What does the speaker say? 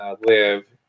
live